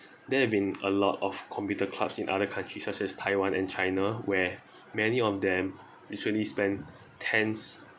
there have been a lot of computer clubs in other countries such as taiwan and china where many of them actually spend tens